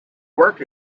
work